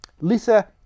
Lisa